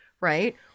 right